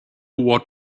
what